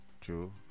True